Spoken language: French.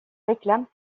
réclament